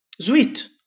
sweet